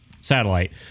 satellite